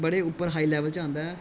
बड़े उप्पर high level च आंदा ऐ